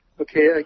Okay